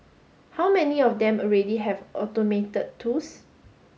how many of them already have automated tools